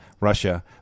Russia